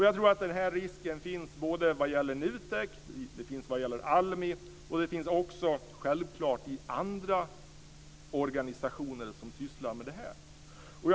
Jag tror att den här risken finns både vad gäller NUTEK och ALMI, och även självfallet vad gäller andra organisationer som sysslar med detta.